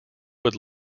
would